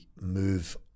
move